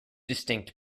distinct